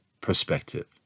perspective